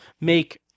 make